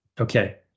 Okay